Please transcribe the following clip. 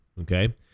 okay